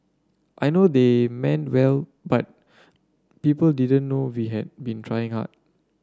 I know they meant well but people didn't know we had been trying hard